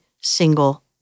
single